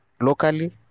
locally